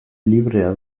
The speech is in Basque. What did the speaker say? librea